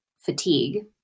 fatigue